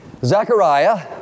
Zechariah